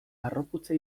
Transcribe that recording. harroputza